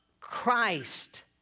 Christ